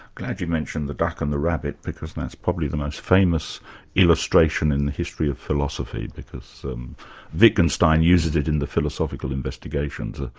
glad you mentioned the duck and um the rabbit because that's probably the most famous illustration in the history of philosophy, because wittgenstein uses it in the philosophical investigations, ah